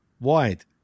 wide